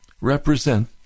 represent